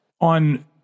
on